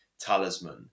talisman